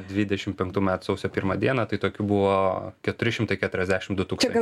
didešimt penktų metų sausio pirmą dieną tai tokių buvo keturi šimtai keturiasdešimt du tūkstančiai